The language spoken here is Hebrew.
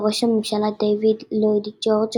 וראש הממשלה דייוויד לויד ג'ורג',